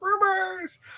Rumors